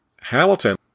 Hamilton